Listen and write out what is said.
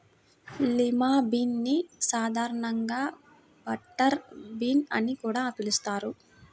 lima bean ని సాధారణంగా butter bean అని కూడా పిలుస్తారు